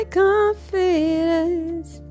confidence